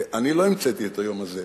אני לא המצאתי את היום הזה.